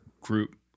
group